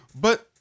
But-